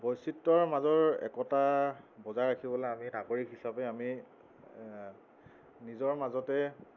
বৈচিত্ৰৰ মাজৰ একতা বজাই ৰাখিবলৈ আমি নাগৰিক হিচাপে আমি নিজৰ মাজতে